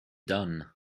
done